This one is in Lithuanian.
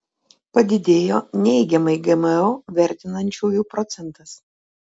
padidėjo neigiamai gmo vertinančiųjų procentas